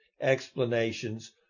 explanations